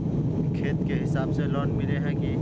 खेत के हिसाब से लोन मिले है की?